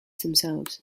themselves